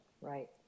Right